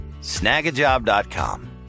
Snagajob.com